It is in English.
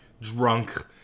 drunk